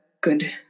good